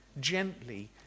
gently